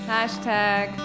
Hashtag